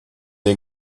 der